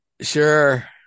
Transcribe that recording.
Sure